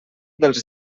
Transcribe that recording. dels